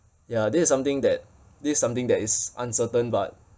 ya this is something that this is something that is uncertain but